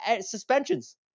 suspensions